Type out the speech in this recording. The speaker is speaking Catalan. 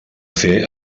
fer